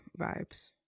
Vibes